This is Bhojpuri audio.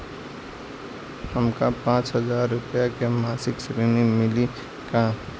हमका पांच हज़ार रूपया के मासिक ऋण मिली का?